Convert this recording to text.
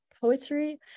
poetry